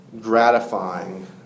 gratifying